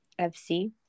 FC